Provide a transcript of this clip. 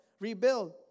rebuild